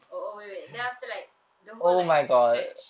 oh oh wait wait then after like the whole like stretch